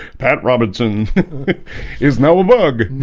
pat robertson is now a bug